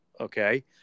Okay